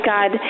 God